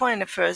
Foreign Affairs,